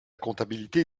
comptabilité